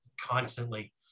constantly